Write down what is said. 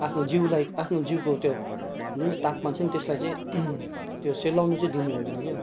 आफ्नो जिउलाई आफ्नो जिउको त्यो जुन चाहिँ तापमान छ त्यसलाई चाहिँ त्यो सेलाउनु चाहिँ दिनुहुँदैन क्या